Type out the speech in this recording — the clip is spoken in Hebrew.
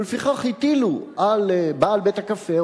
ולפיכך הטילו על בעל בית-הקפה,